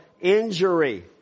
injury